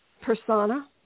persona